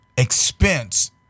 expense